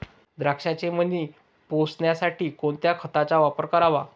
द्राक्षाचे मणी पोसण्यासाठी कोणत्या खताचा वापर करावा?